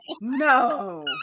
No